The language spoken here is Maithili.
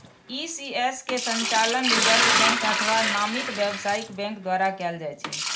ई.सी.एस के संचालन रिजर्व बैंक अथवा नामित व्यावसायिक बैंक द्वारा कैल जाइ छै